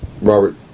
Robert